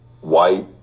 white